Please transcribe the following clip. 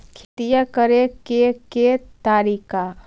खेतिया करेके के तारिका?